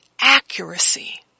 accuracy